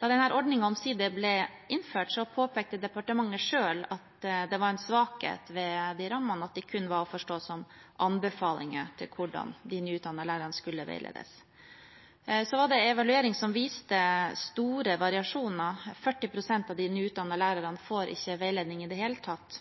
Da denne ordningen omsider ble innført, påpekte departementet selv at det var en svakhet ved de rammene at de kun var å forstå som anbefalinger til hvordan de nyutdannede lærerne skulle veiledes. Så var det en evaluering som viste store variasjoner. 40 pst. av de nyutdannede lærerne får ikke veiledning i det hele tatt,